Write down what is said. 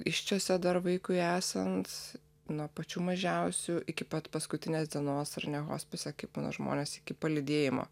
įsčiose dar vaikui esant nuo pačių mažiausių iki pat paskutinės dienos ar ne hospise kai būna žmonės iki palydėjimo